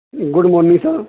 good morning sir